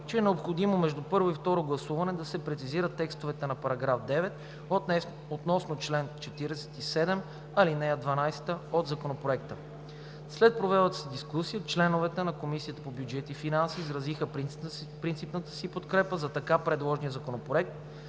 че е необходимо между първо и второ гласуване да се прецизират текстовете на § 9 относно чл. 47, ал. 12 от Законопроекта. След провелата се дискусия членовете на Комисията по бюджет и финанси изразиха принципната си подкрепа за така предложения законопроект,